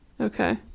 Okay